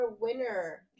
winner